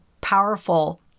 powerful